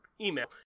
email